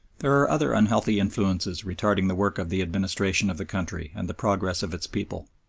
there are other unhealthy influences retarding the work of the administration of the country and the progress of its people.